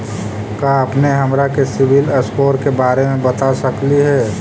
का अपने हमरा के सिबिल स्कोर के बारे मे बता सकली हे?